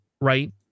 right